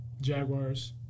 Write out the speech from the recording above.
Jaguars